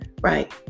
Right